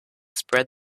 spread